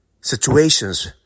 situations